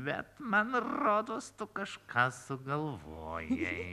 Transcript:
bet man rodos tu kažką sugalvojai